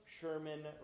Sherman